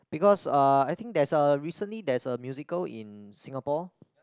because ah I think there's a recently there's a musical in Singapore